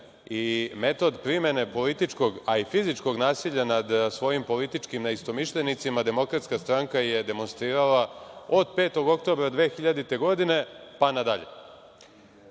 i metod primene političkog, a i fizičkog nasilja nad svojim političkim neistomišljenicima DS je demonstrirala od 5. oktobra 2000. godine pa nadalje. Ono